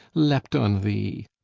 leapt on thee?